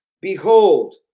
Behold